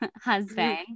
husband